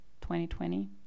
2020